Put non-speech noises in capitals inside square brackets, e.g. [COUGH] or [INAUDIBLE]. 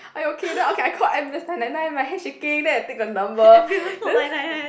are you okay then okay I called ambulance nine nine nine my hand shaking then I take the number [BREATH] then